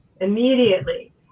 immediately